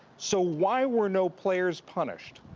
so why were no players punished?